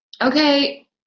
okay